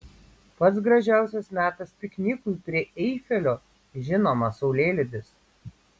pats gražiausias metas piknikui prie eifelio žinoma saulėlydis